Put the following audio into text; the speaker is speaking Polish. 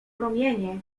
promienie